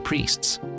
priests